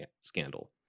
scandal